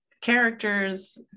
characters